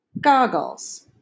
Goggles